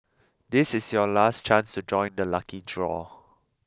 this is your last chance to join the lucky draw